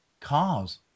Cars